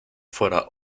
fuera